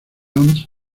jones